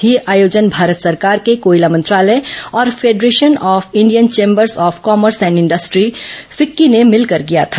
यह आयोजन भारत सरकार के कोयला मंत्रालय और federation of Indian chambers of commerce and industry FICCI ने मिलकर किया था